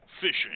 fishing